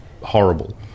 horrible